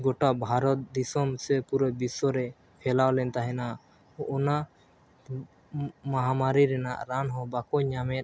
ᱜᱚᱴᱟ ᱵᱷᱟᱨᱚᱛ ᱫᱤᱥᱚᱢ ᱥᱮ ᱯᱩᱨᱟᱹ ᱵᱤᱥᱥᱚᱨᱮ ᱯᱷᱮᱞᱟᱣ ᱞᱮᱱ ᱛᱟᱦᱮᱱᱟ ᱚᱱᱟ ᱢᱟᱦᱟᱢᱟᱨᱤ ᱨᱮᱱᱟᱜ ᱨᱟᱱ ᱦᱚᱸ ᱵᱟᱠᱚ ᱧᱟᱢᱮᱫ